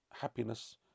happiness